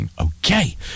Okay